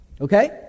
Okay